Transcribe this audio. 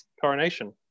coronation